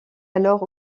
alors